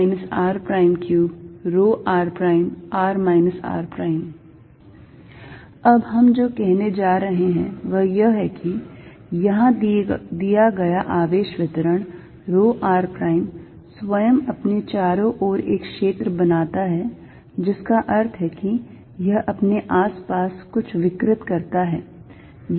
Fq4π0dVr r3ρrr r अब हम जो कहने जा रहे हैं वह यह कि यहाँ दिया गया आवेश वितरण rho r prime स्वयं अपने चारों ओर एक क्षेत्र बनाता है जिसका अर्थ है कि यह अपने आस पास कुछ विकृत करता है